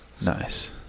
Nice